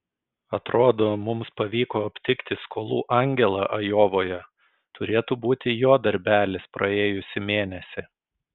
atrodo mums pavyko aptikti skolų angelą ajovoje turėtų būti jo darbelis praėjusį mėnesį